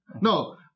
No